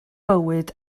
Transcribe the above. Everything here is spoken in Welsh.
bywyd